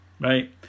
right